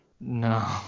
No